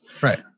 Right